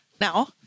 now